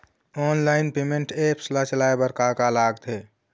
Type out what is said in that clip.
Online payment apps ला चलाए बार का का लगथे?